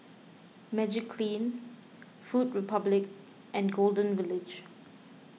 Magiclean Food Republic and Golden Village